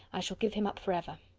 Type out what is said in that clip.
i shall give him up for ever.